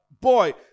Boy